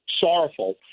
sorrowful